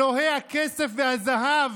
אלוהי הכסף והזהב